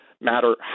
matter